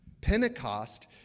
Pentecost